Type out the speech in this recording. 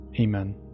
Amen